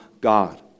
God